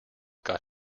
got